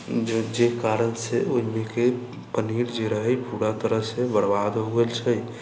जे कारणसँ ओहिमेके पनीर जे रहै पूरा तरहसँ बर्बाद हो गेल छै